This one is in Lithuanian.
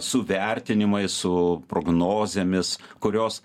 su vertinimais su prognozėmis kurios